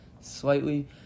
slightly